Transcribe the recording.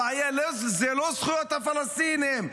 הבעיה היא לא זכויות הפלסטיניים,